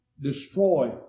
destroy